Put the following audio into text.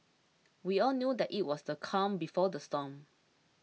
we all knew that it was the calm before the storm